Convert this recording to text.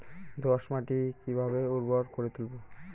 দোয়াস মাটি কিভাবে উর্বর করে তুলবো?